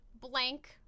blank